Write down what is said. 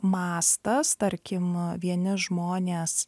mastas tarkim vieni žmonės